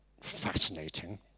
fascinating